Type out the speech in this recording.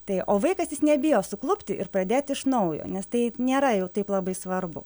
tai o vaikas jis nebijo suklupti ir pradėti iš naujo nes tai nėra jau taip labai svarbu